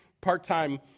part-time